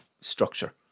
structure